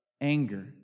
anger